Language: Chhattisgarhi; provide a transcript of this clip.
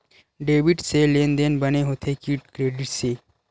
डेबिट से लेनदेन बने होथे कि क्रेडिट से?